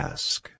Ask